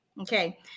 Okay